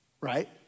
right